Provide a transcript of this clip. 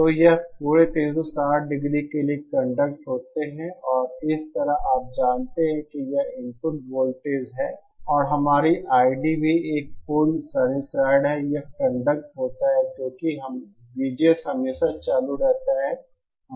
तो यह पूरे 360 डिग्री के लिए कंडक्ट होते हैं और इसी तरह आप जानते हैं कि यह इनपुट वोल्टेज है और हमारी ID भी एक पूर्ण साइनसॉइड है यह कंडक्ट होता है क्योंकि VGS हमेशा चालू रहता है